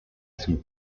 son